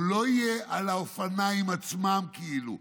הוא לא יהיה על האופניים עצמם, כאילו.